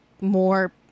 more